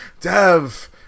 Dev